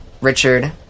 Richard